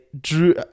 drew